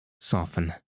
soften